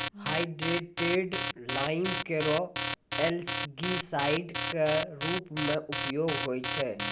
hydrated lime केरो algicide क रूप म उपयोग होय छै